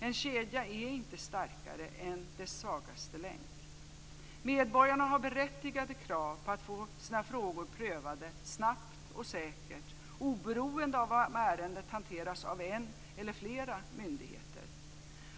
En kedja är inte starkare än dess svagaste länk. Medborgarna har berättigade krav på att få sina frågor prövade snabbt och säkert oberoende av om ärendet hanteras av en eller flera myndigheter.